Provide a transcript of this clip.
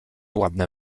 ładne